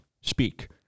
speak